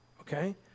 okay